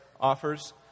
offers